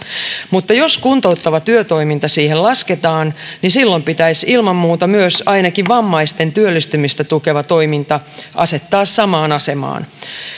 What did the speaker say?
mutta jos kuntouttava työtoiminta siihen lasketaan niin silloin pitäisi ilman muuta myös ainakin vammaisten työllistymistä tukeva toiminta asettaa samaan asemaan